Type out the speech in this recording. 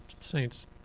Saints